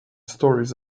stories